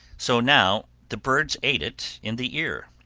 so now the birds ate it in the ear.